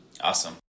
Awesome